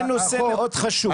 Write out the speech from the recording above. חברים, זה נושא מאוד חשוב.